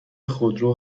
خودرو